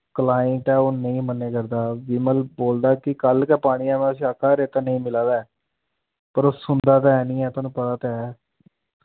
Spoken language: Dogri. क्लाइंट ऐ ओह् नेईं मन्नै करदा विमल बोलदा कि कल्ल गै पानी ऐ में उस्सी आखा दा रेता नेईं मिला दा ऐ पर ओह् सुनदा तां है निं ऐ थोहानू पता ते है